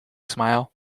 smile